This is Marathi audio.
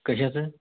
कशाचं